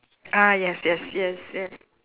ah yes yes yes yes